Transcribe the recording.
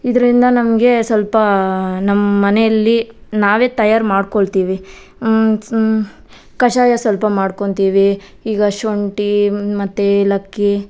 ಇದರಿಂದ ನಮಗೆ ಸ್ವಲ್ಪ ನಮ್ಮ ಮನೆಯಲ್ಲಿ ನಾವೇ ತಯಾರು ಮಾಡ್ಕೋಳ್ತೀವಿ ಕಷಾಯ ಸ್ವಲ್ಪ ಮಾಡ್ಕೊತೀವಿ ಈಗ ಶುಂಠಿ ಮತ್ತು ಏಲಕ್ಕಿ